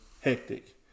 hectic